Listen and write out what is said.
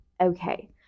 Okay